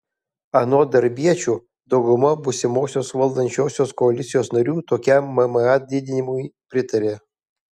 anot darbiečių dauguma būsimosios valdančiosios koalicijos narių tokiam mma didinimui pritarė